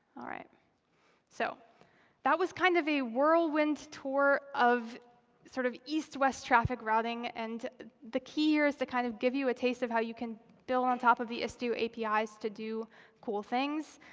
so that was kind of a whirlwind tour of sort of east-west traffic routing. and the key here is to kind of give you a taste of how you can build on top of the istio apis to do cool things.